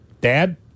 Dad